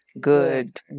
good